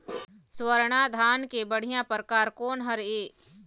स्वर्णा धान के बढ़िया परकार कोन हर ये?